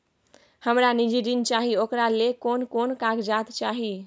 हमरा निजी ऋण चाही ओकरा ले कोन कोन कागजात चाही?